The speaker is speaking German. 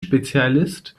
spezialist